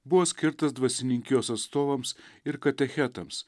buvo skirtas dvasininkijos atstovams ir katechetams